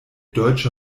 deutsche